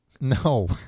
No